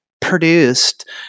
produced